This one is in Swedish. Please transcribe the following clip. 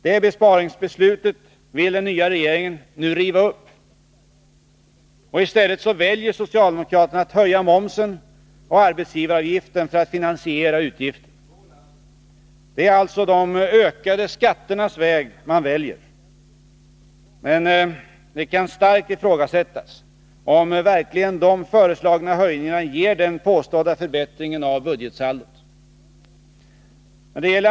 Det besparingsbeslutet vill den nya regeringen nu riva upp. I stället väljer socialdemokraterna att höja momsen och arbetsgivaravgiften för att finansiera utgiften. Det är alltså de ökade skatternas väg man väljer. Men det kan starkt ifrågasättas om verkligen de föreslagna höjningarna ger den påstådda förbättringen av budgetsaldot.